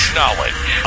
knowledge